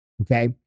Okay